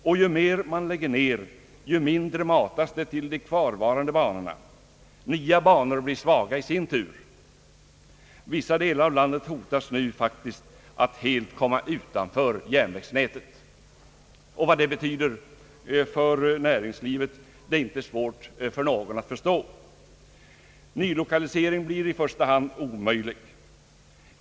Och ju mer man lägger ner desto mindre matas det till de kvarvarande banorna. Nya banor blir svaga i sin tur. Vissa delar av landet hotas nu faktiskt av att helt komma utanför järnvägsnätet. Vad det be Ang. järnvägspolitiken m.m. tyder för näringslivet är inte svårt för någon att förstå. Nylokalisering blir i första hand omöjlig.